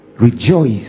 Rejoice